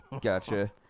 Gotcha